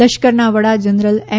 લશ્કરના વડા જનરલ એમ